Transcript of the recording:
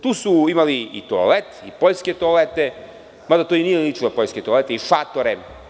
Tu su imali i toalet i poljske toalete, mada to i nije ličilo na poljske toalete, šatore.